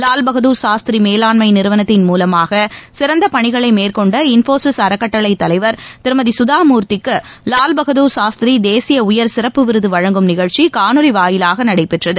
லால்பகதுர் சாஸ்திரி மேலாண்மை நிறுவனத்தின் மூலமாக சிறந்த பணிகளை மேற்கொண்ட இன்போசிஸ் அறக்கட்டளை தலைவர் திருமதி சுதா மூர்த்திக்கு வாவ்பகதுர் சாஸ்திரி தேசிய உயர் சிறப்பு விருது வழங்கும் நிகழ்ச்சி காணொலி வாயிலாக நடைபெற்றது